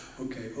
Okay